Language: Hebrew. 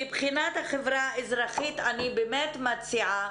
מבחינת החברה האזרחית, אני באמת מציעה.